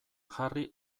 jarri